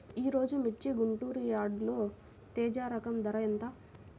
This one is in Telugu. ఈరోజు మిర్చి గుంటూరు యార్డులో తేజ రకం ధర ఎంత?